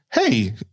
Hey